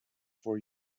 for